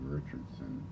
Richardson